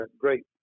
great